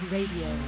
Radio